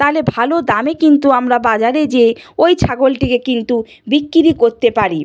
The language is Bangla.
তা হলে ভালো দামে কিন্তু আমরা বাজারে যেয়ে ওই ছাগলটিকে কিন্তু বিক্রি করতে পারি